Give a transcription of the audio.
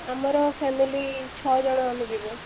ଆମର ଫ୍ୟାମିଲି ଛଅ ଜଣ ଆମେ ଯିବୁ